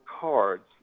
cards